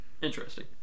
Interesting